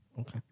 Okay